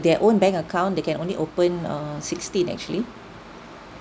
their own bank account they can only open uh sixteen actually